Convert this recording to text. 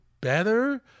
better